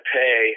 pay